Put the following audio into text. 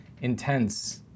intense